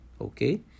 okay